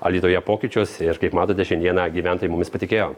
alytuje pokyčius ir kaip matote šiandieną gyventojai mumis patikėjo